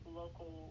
local